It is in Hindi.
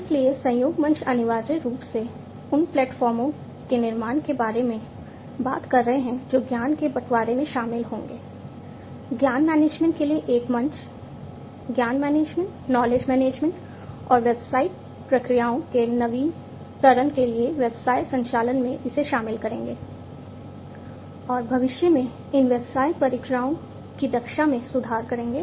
इसलिए सहयोग मंच अनिवार्य रूप से उन प्लेटफॉर्मस और व्यावसायिक प्रक्रियाओं के नवीकरण के लिए व्यवसाय संचालन में इसे शामिल करेंगे और भविष्य में इन व्यवसाय प्रक्रियाओं की दक्षता में सुधार करेंगे